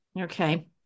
Okay